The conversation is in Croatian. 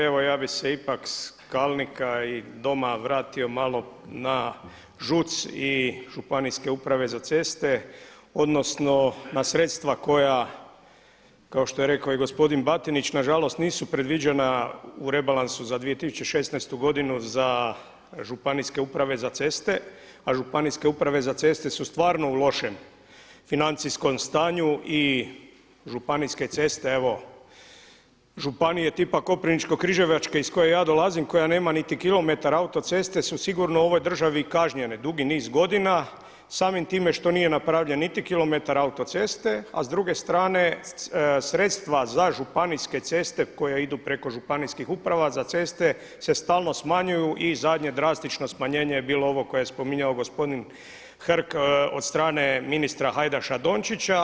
Evo ja bih se ipak s Kalnika i Doma vratio malo na ŽUC i Županijske uprave za ceste, odnosno na sredstva koja kao što je rekao i gospodin Batinić na žalost nisu predviđena u rebalansu za 2016. godinu za Županijske uprave za ceste, a Županijske uprave za ceste su stvarno u lošem financijskom stanju i ŽUC … [[Govornik se ne razumije zbog najave.]] Koprivničko-križevačke iz koje ja dolazim koja nema niti kilometar autoceste su sigurno u ovoj državi kažnjene dugi niz godina, samim time što nije napravljen niti kilometar autoceste, a s druge strane sredstva za županijske ceste koje idu preko županijskih uprava za ceste se stalno smanjuju i zadnje drastično smanjenje je bilo ovo koje je spominjao gospodin Hrg od strane ministra Hajdaša Dončića.